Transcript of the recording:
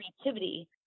creativity